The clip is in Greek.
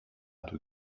του